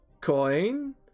Coin